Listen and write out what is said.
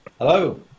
Hello